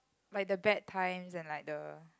like the bad times and like the